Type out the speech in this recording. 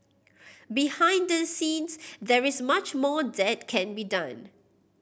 behind the scenes there is much more that can be done